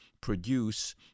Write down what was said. produce